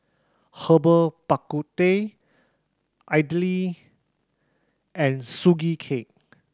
Herbal Bak Ku Teh idly and Sugee Cake